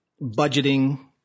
budgeting